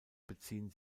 beziehen